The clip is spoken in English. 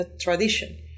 tradition